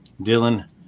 Dylan